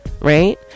right